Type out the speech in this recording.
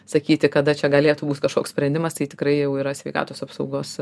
sakyti kada čia galėtų būt kažkoks sprendimas tai tikrai jau yra sveikatos apsaugos